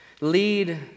lead